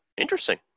interesting